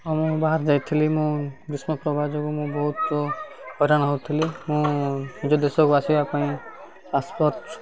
ହଁ ମୁଁ ବାହାର ଯାଇଥିଲି ମୁଁ ଗ୍ରୀଷ୍ମ ପ୍ରବାହ ଯୋଗୁଁ ମୁଁ ବହୁତ ହଇରାଣ ହଉଥିଲି ମୁଁ ନିଜ ଦେଶକୁ ଆସିବା ପାଇଁ ଆସପ